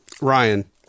Ryan